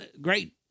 great